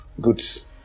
goods